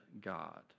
God